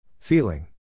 Feeling